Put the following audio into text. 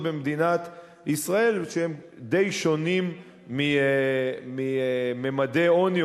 במדינת ישראל שהם די שונים מממדי עוני,